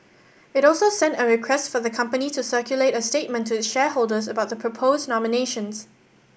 it also sent a request for the company to circulate a statement to its shareholders about the proposed nominations